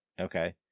Okay